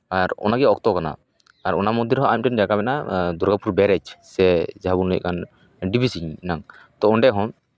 ᱟᱨ ᱚᱱᱟᱜᱮ ᱚᱠᱛᱚ ᱠᱟᱱᱟ ᱟᱨ ᱚᱱᱟ ᱢᱚᱫᱽᱫᱷᱮ ᱨᱮᱦᱚᱸ ᱟᱨ ᱢᱤᱫᱴᱤᱱ ᱡᱟᱭᱜᱟ ᱢᱮᱱᱟᱜᱼᱟ ᱫᱩᱨᱜᱟᱯᱩᱨ ᱵᱮᱨᱮᱡᱽ ᱥᱮ ᱡᱟᱦᱟᱸ ᱵᱚᱱ ᱞᱟᱹᱭᱮᱫ ᱠᱟᱱ ᱰᱤᱵᱷᱤᱥᱤ ᱨᱮᱱᱟᱜ ᱛᱚ ᱚᱸᱰᱮ ᱦᱚᱸ